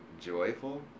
joyful